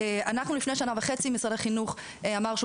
לפני שנה וחצי משרד החינוך אמר שהוא